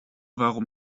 warum